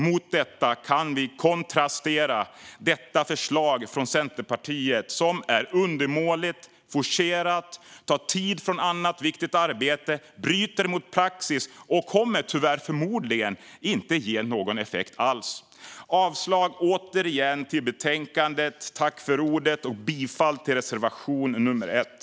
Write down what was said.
Mot detta kan vi kontrastera förslaget från Centerpartiet, som är undermåligt och forcerat, tar tid från annat viktigt arbete, bryter mot praxis och tyvärr förmodligen inte kommer att ge någon effekt alls. Jag yrkar återigen avslag på utskottets förslag i betänkandet och bifall till reservation nummer 1.